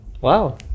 Wow